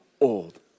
old